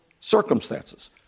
circumstances